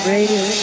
Radio